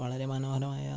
വളരെ മനോഹരമായ